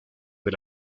del